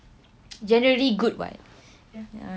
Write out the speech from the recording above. generally good [what]